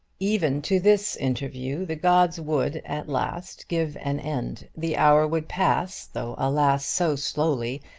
even to this interview the gods would at last give an end. the hour would pass, though, alas, so slowly,